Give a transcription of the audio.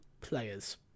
players